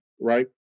right